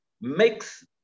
makes